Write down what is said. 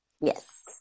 yes